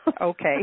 Okay